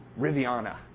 Riviana